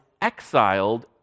exiled